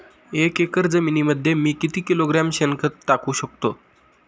एक एकर जमिनीमध्ये मी किती किलोग्रॅम शेणखत टाकू शकतो?